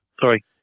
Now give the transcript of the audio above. sorry